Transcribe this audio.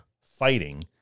fighting